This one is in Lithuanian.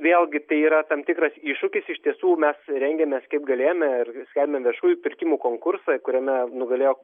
vėlgi tai yra tam tikras iššūkis iš tiesų mes rengiamės kaip galėjome ir skelbėm viešųjų pirkimų konkursą kuriame nugalėjo